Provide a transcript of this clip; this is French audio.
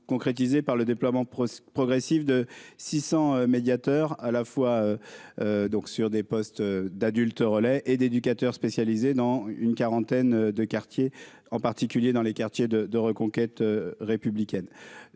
concrétisés par le déploiement progressif de 600 médiateur à la fois donc sur des postes d'adultes relais et d'éducateur spécialisé dans une quarantaine de quartier, en particulier dans les quartiers de de reconquête républicaine